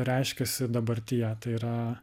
reiškiasi dabartyje tai yra